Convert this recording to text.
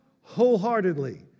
Wholeheartedly